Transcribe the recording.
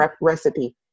recipe